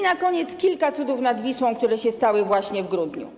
na koniec kilka cudów nad Wisłą, które się stały właśnie w grudniu.